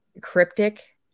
cryptic